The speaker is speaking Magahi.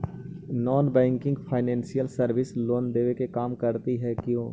Non banking financial services loan देने का काम करती है क्यू?